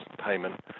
payment